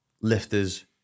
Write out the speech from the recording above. lifters